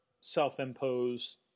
self-imposed